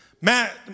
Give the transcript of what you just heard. Matt